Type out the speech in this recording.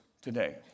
today